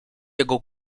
jego